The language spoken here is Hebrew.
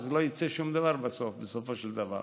אז לא יצא שום דבר בסופו של דבר.